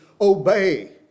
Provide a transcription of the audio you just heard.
obey